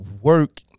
work